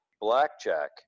Blackjack